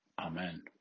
Amen